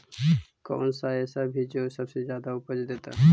कौन सा ऐसा भी जो सबसे ज्यादा उपज देता है?